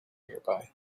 nearby